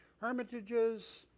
hermitages